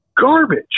garbage